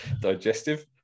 digestive